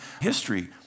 history